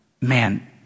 man